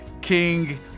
King